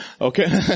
Okay